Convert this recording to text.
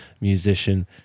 musician